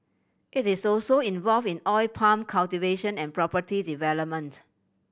it is also involved in oil palm cultivation and property development